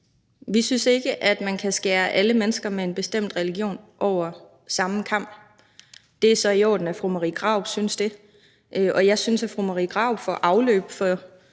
Vi synes ikke, at man kan skære alle mennesker med en bestemt religion over den samme kam. Det er så i orden, at fru Marie Krarup synes det, og jeg synes, at fru Marie Krarup får afløb for